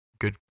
good